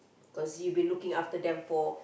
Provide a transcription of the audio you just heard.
cause you been looking after them for